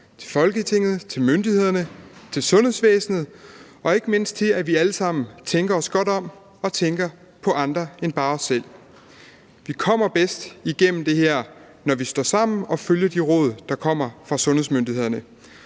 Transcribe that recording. til Folketinget, til myndighederne, til sundhedsvæsenet og ikke mindst til, at vi alle sammen tænker os godt om og tænker på andre end bare os selv. Vi kommer bedst igennem det her, når vi står sammen og følger de råd, der kommer fra sundhedsmyndighederne.